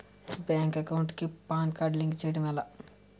Bank account కి PAN card link చేయడం ఎలా?